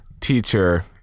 teacher